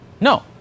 No